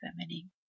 feminine